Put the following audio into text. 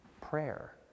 prayer